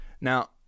Now